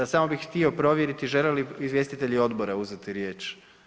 Samo bih htio provjeriti žele li izvjestitelji odbora uzeti riječ?